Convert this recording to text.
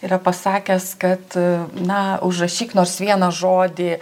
yra pasakęs kad na užrašyk nors vieną žodį